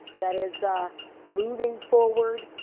that is moving forward,